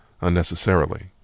unnecessarily